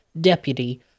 deputy